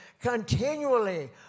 continually